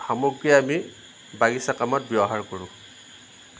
সামগ্ৰী আমি বাগিচাৰ কামত ব্যৱহাৰ কৰোঁ